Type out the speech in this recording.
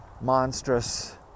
monstrous